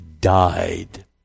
died